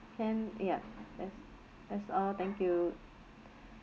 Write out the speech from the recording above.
can yup that's that's all thank you